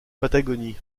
patagonie